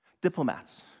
Diplomats